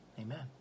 Amen